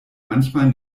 manchmal